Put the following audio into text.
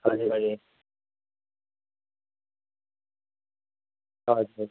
हजुर बडी हजुर